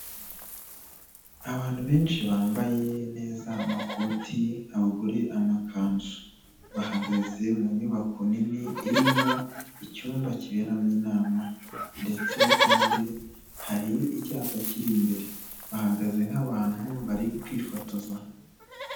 Abantu benshi bambaye neza amakoti, abagore amakanzu. Bahagaze mu nyubako nini irimo icyumba kiberamo inama, ndetse kandi hari icyapa kiri imbere. Bahagaze nk'abantu bari kwifotoza.